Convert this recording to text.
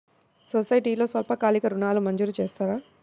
సొసైటీలో స్వల్పకాలిక ఋణాలు మంజూరు చేస్తారా?